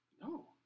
No